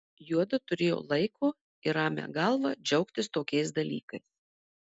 juodu turėjo laiko ir ramią galvą džiaugtis tokiais dalykais